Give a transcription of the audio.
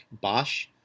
Bosch